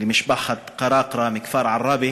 למשפחת קראקרה מכפר עראבה,